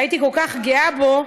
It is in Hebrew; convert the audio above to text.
והייתי כל כך גאה בו.